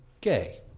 gay